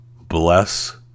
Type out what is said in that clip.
Bless